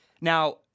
Now